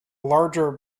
larger